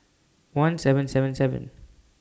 one seven seven seven